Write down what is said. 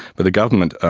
but the government,